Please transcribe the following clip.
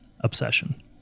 obsession